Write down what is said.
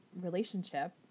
relationship